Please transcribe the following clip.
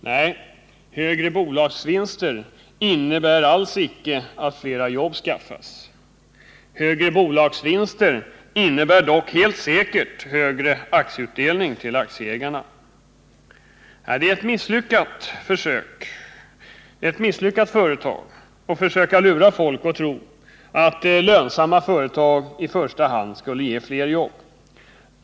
Nej, högre bolagsvinster innebär alls icke att fler jobb skaffas! Högre bolagsvinster innebär dock helt säkert högre aktieutdelning till aktieägarna! Nej, det är ett misslyckat företag att försöka lura folk att tro att lönsamma företag i första hand skulle ge fler jobb!